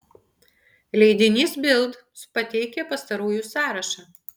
leidinys bild pateikia pastarųjų sąrašą